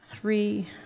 three